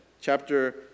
chapter